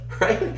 right